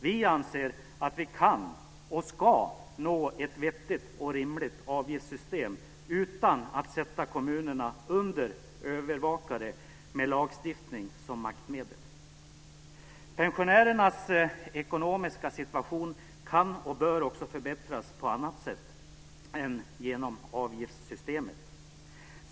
Vi anser att vi kan och ska nå ett vettigt och rimligt avgiftssystem utan att ställa kommunerna under övervakning med lagstiftning som maktmedel. Pensionärernas ekonomiska situation kan och bör också förbättras på annat sätt än genom avgiftssystemet.